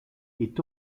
est